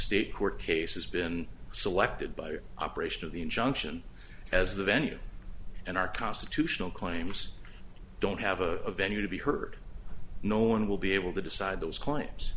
state court cases been selected by the operation of the injunction as the venue and our constitutional claims don't have a venue to be heard no one will be able to decide those claims